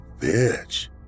bitch